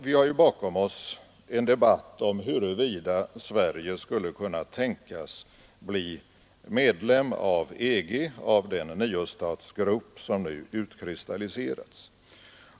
Vi har bakom oss en debatt om huruvida Sverige skulle kunna tänkas bli medlem av EG, av den niostatsgrupp som nu utkristalliserats.